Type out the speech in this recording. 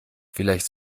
vielleicht